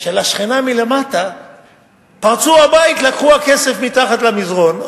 שלשכנה למטה פרצו לבית, לקחו הכסף מתחת למזרון.